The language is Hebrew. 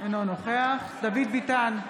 אינו נוכח דוד ביטן,